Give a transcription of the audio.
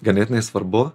ganėtinai svarbu